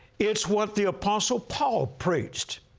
it's what the apostle paul preached,